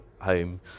home